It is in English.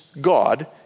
God